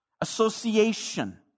association